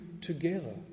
together